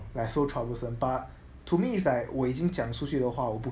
like so troublesome but to me it's like 我已经讲出去的话我不